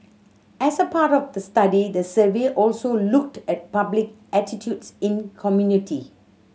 as a part of the study the survey also looked at public attitudes in community